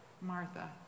Martha